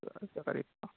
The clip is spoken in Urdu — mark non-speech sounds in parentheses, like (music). (unintelligible) کے قریب کا